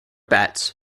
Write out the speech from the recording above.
bats